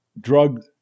drug